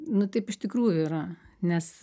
nu taip iš tikrųjų yra nes